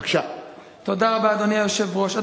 תודה רבה, אדוני היושב-ראש.